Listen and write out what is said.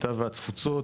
הקליטה והתפוצות.